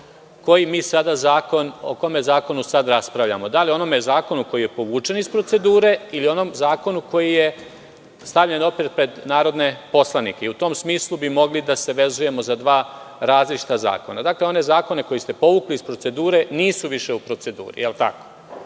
konac i da kažemo o kome zakonu sada raspravljamo, da li onome zakonu koji je povučen iz procedure ili onom zakonu koji je stavljen opet pred narodne poslanike. U tom smislu bi mogli da se vezujemo za dva različita zakona. Dakle, one zakone koje ste povukli iz procedure nisu više u proceduri. Da li je tako?S